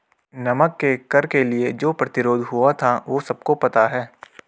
नमक के कर के लिए जो प्रतिरोध हुआ था वो सबको पता है